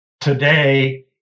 today